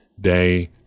day